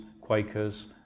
Quakers